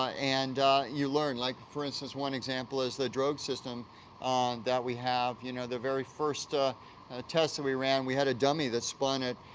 ah and you learn, like for instance, one example is the drogue system um that we have. you know, the very first ah ah tests that we ran, we had a dummy that spun at,